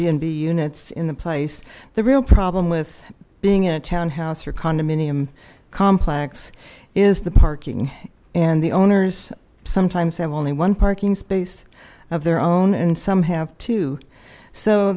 airbnb units in the place the real problem with being in a townhouse or condominium complex is the parking and the owners sometimes have only one parking space of their own and some have too so